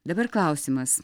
dabar klausimas